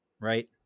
right